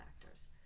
factors